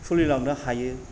सोलिलांनो हायो